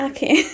Okay